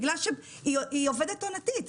בגלל שהיא עובדת עונתית.